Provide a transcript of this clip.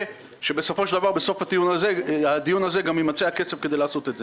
שבסוף הדיון גם יימצא הכסף לעשות את זה.